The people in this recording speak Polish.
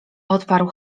odparł